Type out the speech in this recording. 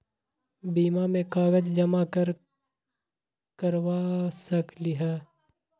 बीमा में कागज जमाकर करवा सकलीहल?